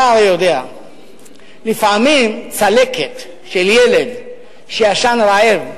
אתה הרי יודע שלפעמים צלקת של ילד שישן רעב,